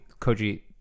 koji